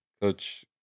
Coach